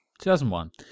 2001